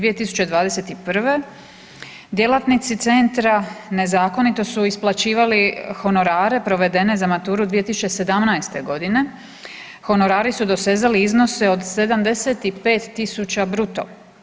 2021. djelatnici centra nezakonito su isplaćivali honorare provedene za maturu 2017. g., honorari su dosezali iznose od 75 000 bruto.